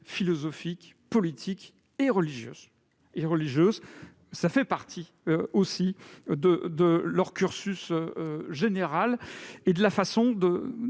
philosophiques, politiques et religieuses. Cela fait partie de leur cursus général et de la façon de